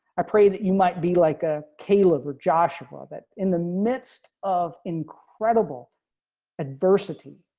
i pray that you might be like a caleb or joshua that in the midst of incredible adversity,